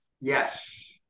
Yes